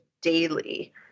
daily